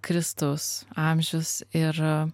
kristaus amžius ir